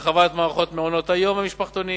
הרחבת מערכת מעונות-היום והמשפחתונים